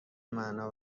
معنا